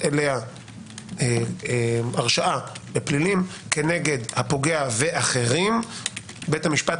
אליה הרשעה בפלילים נגד הפוגע ואחרים בית המשפט